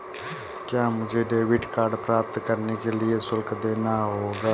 क्या मुझे debit card प्राप्त करने के लिए शुल्क देना होगा?